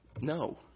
No